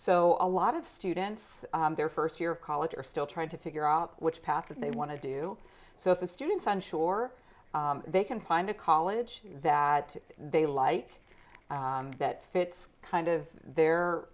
so a lot of students their first year of college are still trying to figure out which path that they want to do so if the students onshore they can find a college that they like that fits kind of their